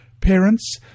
Parents